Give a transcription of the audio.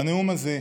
בנאום הזה,